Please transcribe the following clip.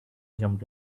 jumped